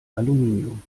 aluminium